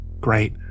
great